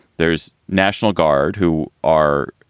there's national guard who are,